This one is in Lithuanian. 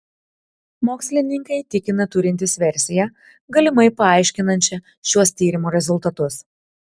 mokslininkai tikina turintys versiją galimai paaiškinančią šiuos tyrimo rezultatus